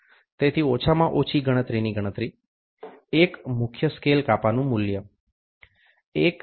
તેથી ઓછામાં ઓછી ગણતરીની ગણતરી એક મુખ્ય સ્કેલ કાપાનું મૂલ્ય